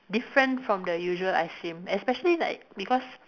different from the usual ice cream especially like because